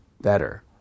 better